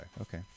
okay